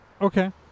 okay